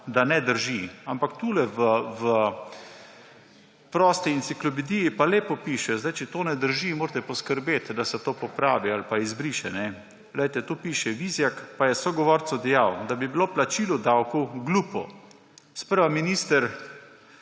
ne drži. Ampak tule, v prosti enciklopediji, pa lepo piše. Če to ne drži, morate poskrbeti, da se to popravi ali pa izbriše. Tu piše: »Vizjak pa je sogovorcu dejal, da bi bilo plačilo davkov glupo. Sprva je minister